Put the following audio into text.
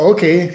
Okay